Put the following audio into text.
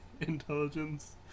intelligence